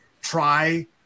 try